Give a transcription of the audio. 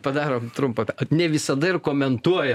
padarom trumpą ne visada ir komentuoja